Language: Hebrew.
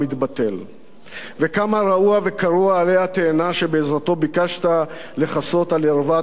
וכמה רעוע וקרוע עלה התאנה שבעזרתו ביקשת לכסות על ערוות חוסר השוויון.